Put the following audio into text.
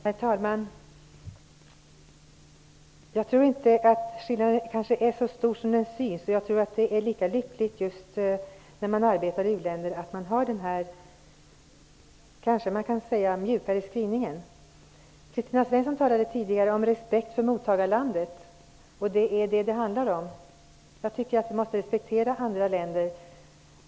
Herr talman! Jag tror inte att skillnaden är så stor som den förefaller att vara. När man arbetar i uländer är det viktigt att man har den mjukare skrivningen bakom sig. Alf Svensson talade tidigare om att man skall visa respekt för mottagarlandet, och det är det som det handlar om. Jag tycker att man skall respektera andra länder.